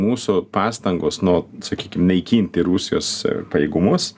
mūsų pastangos nu sakykim naikinti rusijos pajėgumus